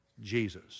Jesus